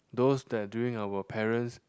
those that during our parent's